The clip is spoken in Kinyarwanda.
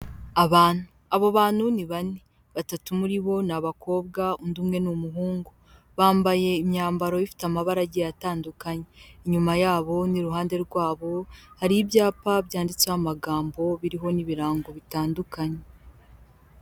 Abantu, abo bantu ni bane, batatu muri bo ni abakobwa undi umwe n'umuhungu, bambaye imyambaro ifite amabara agiye atandukanye, inyuma yabo n'iruhande rwabo, hari ibyapa byanditseho amagambo, biriho n'ibirango bitandukanye.